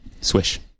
swish